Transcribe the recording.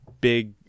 big